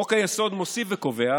חוק-היסוד מוסיף וקובע